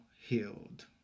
healed